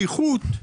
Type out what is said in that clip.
הפיחות,